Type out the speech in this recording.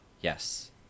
Yes